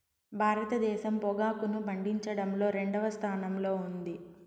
భారతదేశం పొగాకును పండించడంలో రెండవ స్థానంలో ఉంది